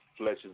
fleshes